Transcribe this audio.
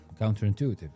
counterintuitive